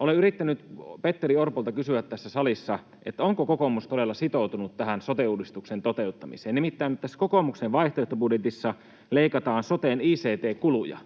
Olen yrittänyt Petteri Orpolta kysyä tässä salissa, onko kokoomus todella sitoutunut sote-uudistuksen toteuttamiseen. Nimittäin tässä kokoomuksen vaihtoehtobudjetissa leikataan soten ict-kuluja